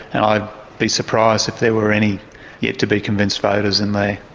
and i'd be surprised if there were any yet to be convinced voters in there.